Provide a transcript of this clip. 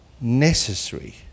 necessary